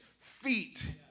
feet